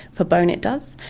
for bone, it does.